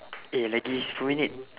eh lagi sepuluh minit